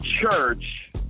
church